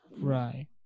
Right